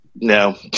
No